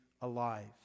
alive